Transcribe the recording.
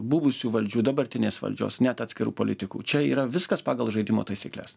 buvusių valdžių dabartinės valdžios net atskirų politikų čia yra viskas pagal žaidimo taisykles